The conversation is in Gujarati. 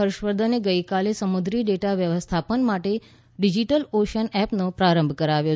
હર્ષવર્ધન ગઇકાલે સમુદ્રી ડેટા વ્યવસ્થાપન માટે ડીજીટલ ઓશન એપનો પ્રારંભ કરાવ્યો